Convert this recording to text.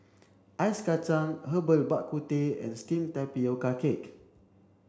ice Kachang herbal Bak Ku Teh and steamed tapioca cake